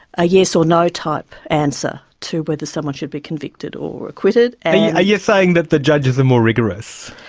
a yes or no type answer to whether someone should be convicted or acquitted. and yeah are you saying that the judges are more rigorous?